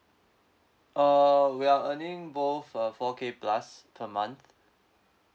uh we're earning both uh four K plus per month